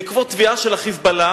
בעקבות תביעה של ה"חיזבאללה"